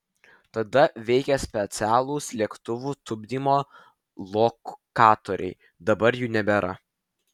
tada veikė specialūs lėktuvų tupdymo lokatoriai dabar jų nebėra